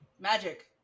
Magic